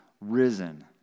risen